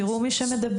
תראו מי שמדבר.